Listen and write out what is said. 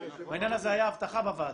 בעניין הזה הייתה הבטחה בוועדה.